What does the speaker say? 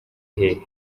hehe